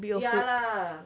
ya lah